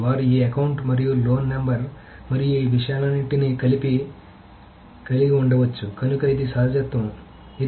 వారు ఈ అకౌంట్ మరియు లోన్ నంబర్ మరియు ఈ విషయాలన్నింటినీ కలిపి కలిగి ఉండవచ్చు కనుక ఇది సహజత్వం కాబట్టి ఇది